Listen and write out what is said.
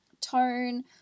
tone